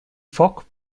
fock